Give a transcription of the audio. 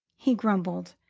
he grumbled,